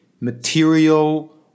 material